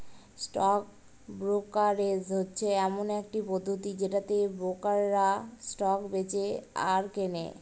stock brokerage হচ্ছে এমন একটি পদ্ধতি যেটাতে ব্রোকাররা স্টক বেঁচে আর কেনে